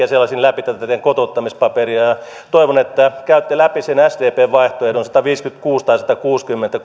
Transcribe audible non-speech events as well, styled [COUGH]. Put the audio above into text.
[UNINTELLIGIBLE] selasin läpi tätä teidän kotouttamispaperianne ja toivon että käytte läpi sen sdpn vaihtoehdon sataviisikymmentäkuusi tai satakuusikymmentä [UNINTELLIGIBLE]